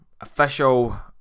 official